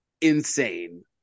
insane